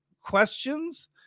questions